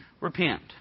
Repent